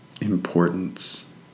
importance